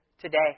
today